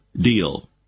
deal